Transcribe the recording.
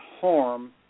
harm